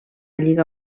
lliga